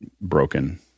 broken